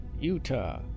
Utah